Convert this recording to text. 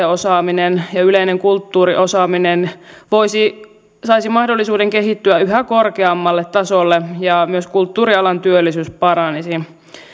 osaaminen ja yleinen kulttuuriosaaminen saisi mahdollisuuden kehittyä yhä korkeammalle tasolle ja myös kulttuurialan työllisyys paranisi